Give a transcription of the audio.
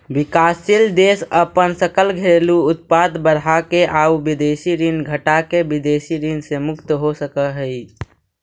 विकासशील देश अपन सकल घरेलू उत्पाद बढ़ाके आउ विदेशी ऋण घटाके विदेशी ऋण से मुक्त हो सकऽ हइ